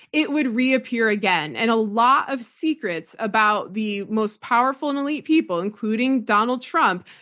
it would reappear again. and a lot of secrets about the most powerful and elite people, including donald trump,